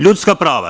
Ljudska prava.